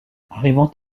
arrivant